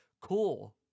Cool